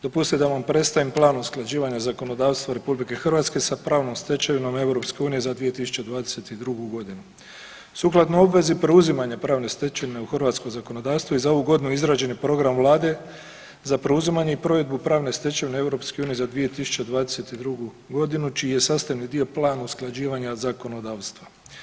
Dopustite da vam predstavim Plan usklađivanja zakonodavstva RH sa pravnom stečevinom EU za 2022. g. Sukladno obvezi preuzimanja pravne stečevine u hrvatsko zakonodavstvo, i za ovu godinu izrađen je Program Vlade za preuzimanje i provedbu pravne stečevine EU za 2022. g. čiji je sastavni dio plan usklađivanja zakonodavstva.